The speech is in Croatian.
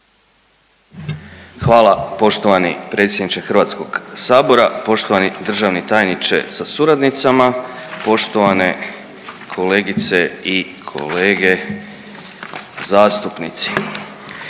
Hvala poštovani predsjedniče Hrvatskog sabora. Poštovani državni tajniče sa suradnicama, poštovane kolegice i kolege zastupnici,